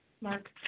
Mark